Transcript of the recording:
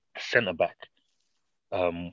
centre-back